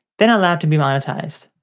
then allowed to be monetized.